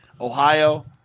Ohio